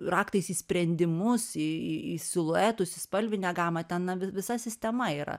raktais į sprendimus į į į siluetus į spalvinę gamą ten na vi visa sistema yra